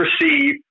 receive